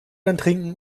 antrinken